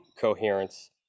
coherence